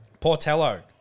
Portello